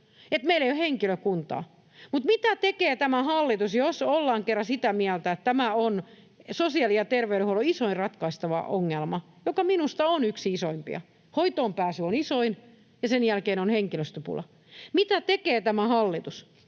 meillä ei ole henkilökuntaa. Mutta mitä tekee tämä hallitus, jos ollaan kerran sitä mieltä, että tämä on sosiaali‑ ja tervey-denhuollon isoin ratkaistava ongelma, joka minusta on yksi isoimpia? Hoitoonpääsy on isoin, ja sen jälkeen on henkilöstöpula. Mitä tekee tämä hallitus?